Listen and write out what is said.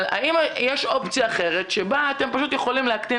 אבל האם יש אופציה שבה אתם פשוט יכולים להקטין